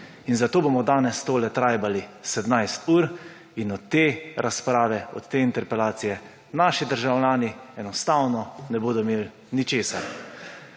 Zato bomo danes tole trajbali 17 ur in od te razprave, od te interpelacije naši državljani enostavno ne bodo imeli ničesar.